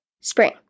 Spring